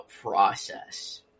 process